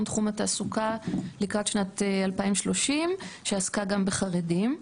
תחום התעסוקה לקראת שנת 2030 שעסקה גם בחרדים.